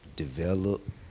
Develop